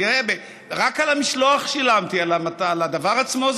תראה, רק על המשלוח שילמתי, הדבר עצמו,